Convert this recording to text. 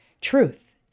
Truth